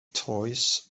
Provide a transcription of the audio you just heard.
toes